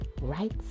Right